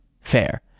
Fair